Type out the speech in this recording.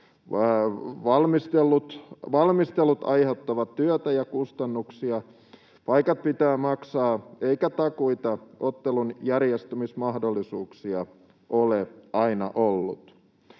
Valmistelut aiheuttavat työtä ja kustannuksia, paikat pitää maksaa, eikä takuita ottelun järjestämismahdollisuuksista ole aina ollut.